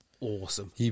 awesome